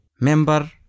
member